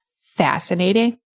fascinating